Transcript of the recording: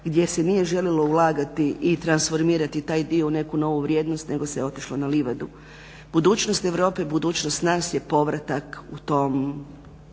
gdje se nije želilo ulagati i transformirati taj dio u neku novu vrijednost nego se otišlo na livadu. Budućnost Europe i budućnost nas je povratak u tim